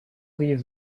leave